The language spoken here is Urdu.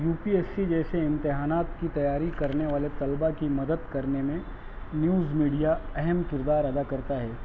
یو پی ایس سی جیسے امتحانات کی تیاری کرنے والے طلبا کی مدد کرنے میں نیوز میڈیا اہم کردار ادا کرتا ہے